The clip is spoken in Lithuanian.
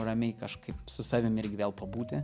ramiai kažkaip su savim irgi vėl pabūti